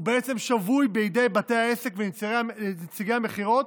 והוא שבוי בידי בתי העסק ובידי נציגי המכירות,